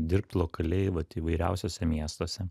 dirbt lokaliai vat įvairiausiuose miestuose